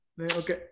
Okay